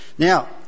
Now